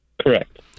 Correct